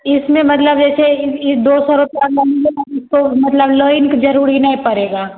इसमें मतलब जैसे यह यह दो सौ रुपये तो मतलब ज़रूरी नहीं पडे़गा